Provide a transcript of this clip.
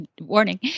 warning